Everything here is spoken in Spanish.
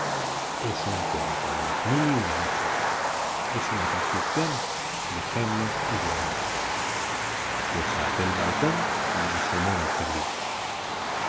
es un cuento de las mil y una noches es una construcción de genios y de hadas pues a aquel balcón me asomó el